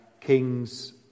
kings